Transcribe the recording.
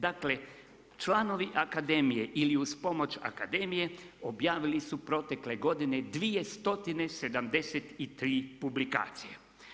Dakle članovi akademije ili uz pomoć akademije objavili su protekle godine 273 publikacije.